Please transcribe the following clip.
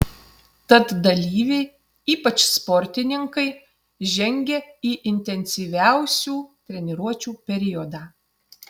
tad dalyviai ypač sportininkai žengia į intensyviausių treniruočių periodą